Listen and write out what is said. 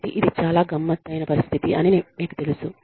కాబట్టి ఇది చాలా గమ్మత్తైన పరిస్థితి అని మీకు తెలుసు